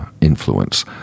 influence